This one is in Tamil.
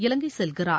இலங்கை செல்கிறார்